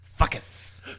fuckus